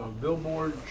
Billboard